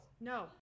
No